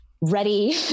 ready